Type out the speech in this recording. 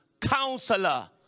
Counselor